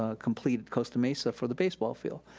ah complete costa mesa for the baseball field.